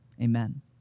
amen